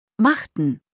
Machten